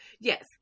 Yes